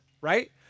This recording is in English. right